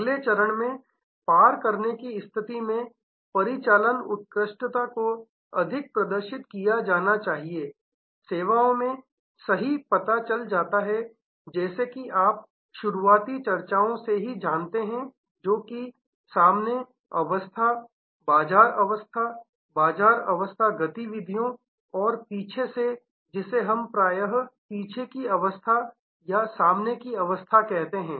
अगले चरण में पार करने की स्थिति में परिचालन उत्कृष्टता को अधिक प्रदर्शित किया जाना चाहिए सेवाओं में सही पता चल जाता हैजैसा कि आप शुरुआती चर्चाओं से ही जानते हैं जो कि सामने अवस्था बाजार अवस्था बाजार अवस्था गतिविधियों और पीछे से जिसे हम प्रायः पीछे की अवस्था सामने की अवस्था कहते हैं